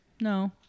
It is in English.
No